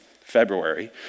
February